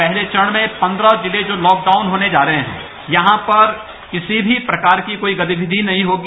पहले चरण में पन्द्रह जिले जो लॉक डाउन होने जा रहे हैंयहां पर किसी भी प्रकार की कोई गतिविधि नहीं होगी